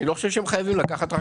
אני לא חושב שהם חייבים לקחת רק משם.